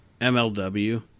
MLW